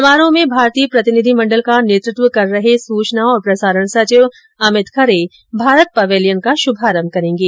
समारोह में भारतीय प्रतिनिधिमंडल का नेतृत्व कर रहे सुचना और प्रसारण सचिव अमित खरे भारत पवेलियन का शुभारम्भ करेंगे